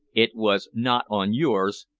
it was not on yours,